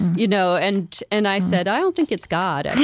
you know and and i said, i don't think it's god, and